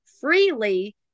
freely